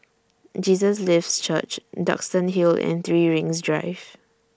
Jesus Lives Church Duxton Hill and three Rings Drive